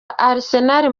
arsenal